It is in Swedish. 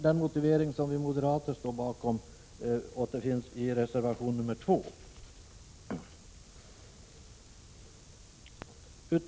Den motivering moderaterna står bakom återfinns i reservation nr 2.